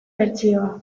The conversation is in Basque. bertsioa